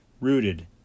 rooted